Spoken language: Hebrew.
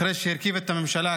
אחרי שהרכיב את הממשלה,